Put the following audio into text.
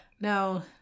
no